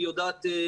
היא יודעת להתנהל,